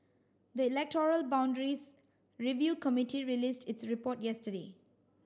the electoral boundaries review committee released its report yesterday